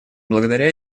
благодаря